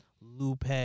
Lupe